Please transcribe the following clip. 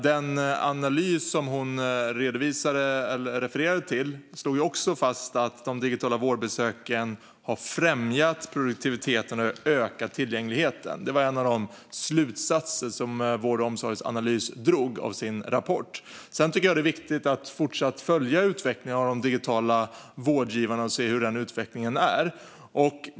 Den analys som hon redovisade eller refererade till slår ju också fast att de digitala vårdbesöken har främjat produktiviteten och ökat tillgängligheten. Det är en av de slutsatser som Vård och omsorgsanalys drar i sin rapport. Sedan tycker jag att det är viktigt att fortsätta följa utvecklingen av de digitala vårdgivarna och se hur den är.